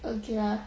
okay lah